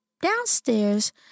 downstairs